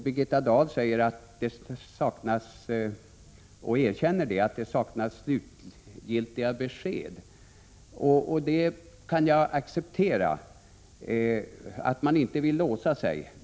Birgitta Dahl erkänner att det saknas slutgiltiga besked. Jag kan acceptera att man inte vill låsa sig.